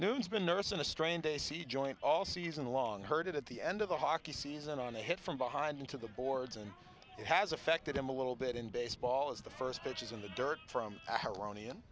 news been nursing a strained a c joint all season long heard it at the end of the hockey season on a hit from behind into the boards and it has affected him a little bit in baseball as the first pitches in the dirt from iran ian